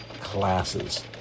classes